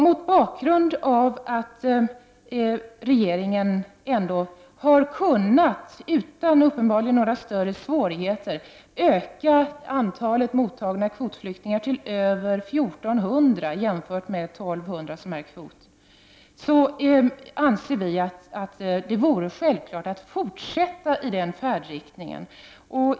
Mot bakgrund av att regeringen, uppenbarligen utan några större svårigheter, har kunnat öka antalet mottagna kvotflyktingar till över 1 400 jämfört med 1 200 anser vi att det är självklart att fortsätta i den färdriktningen.